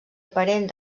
aparent